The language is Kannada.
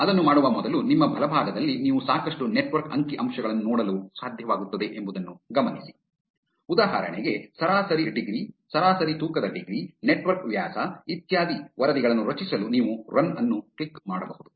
ಅದನ್ನು ಮಾಡುವ ಮೊದಲು ನಿಮ್ಮ ಬಲಭಾಗದಲ್ಲಿ ನೀವು ಸಾಕಷ್ಟು ನೆಟ್ವರ್ಕ್ ಅಂಕಿಅಂಶಗಳನ್ನು ನೋಡಲು ಸಾಧ್ಯವಾಗುತ್ತದೆ ಎಂಬುದನ್ನು ಗಮನಿಸಿ ಉದಾಹರಣೆಗೆ ಸರಾಸರಿ ಡಿಗ್ರಿ ಸರಾಸರಿ ತೂಕದ ಡಿಗ್ರಿ ನೆಟ್ವರ್ಕ್ ವ್ಯಾಸ ಇತ್ಯಾದಿ ವರದಿಗಳನ್ನು ರಚಿಸಲು ನೀವು ರನ್ ಅನ್ನು ಕ್ಲಿಕ್ ಮಾಡಬಹುದು